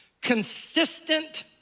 consistent